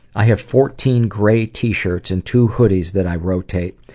i have fourteen grey t-shirts and two hoodies that i rotate.